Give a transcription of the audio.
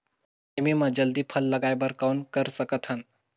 सेमी म जल्दी फल लगाय बर कौन कर सकत हन?